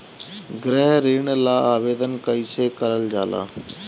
गृह ऋण ला आवेदन कईसे करल जाला?